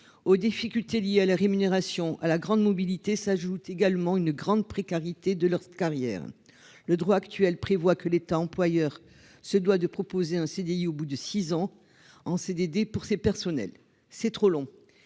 aux difficultés liées à la rémunération à la grande mobilité s'ajoute également une grande précarité de leur carrière le droit actuel prévoit que l'État employeur se doit de proposer un CDI au bout de six ans en CDD pour ces personnels, c'est trop long,